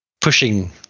pushing